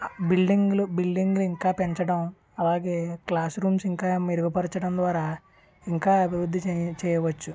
బిల్డింగులు బిల్డింగ్ ఇంకా పెంచడం అలాగే క్లాస్ రూమ్స్ ఇంకా మెరుగుపరచడం ద్వారా ఇంకా అభివృద్ధి చే చేయవచ్చు